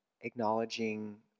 acknowledging